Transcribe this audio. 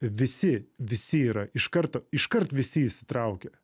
visi visi yra iš karto iškart visi įsitraukia